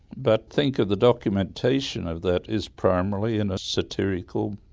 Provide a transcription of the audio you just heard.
but think of the documentation of that is primarily in a satirical,